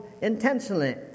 intentionally